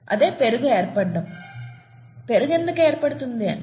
అదే పెరుగు ఏర్పడటం పెరుగు ఎందుకు ఏర్పడుతుంది అని